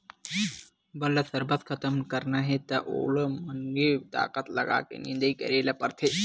बन ल सरबस खतम करना हे त ओला बने ताकत लगाके निंदई करे ल परथे